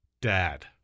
dad